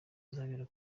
izabera